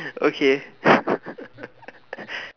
okay